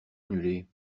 annulés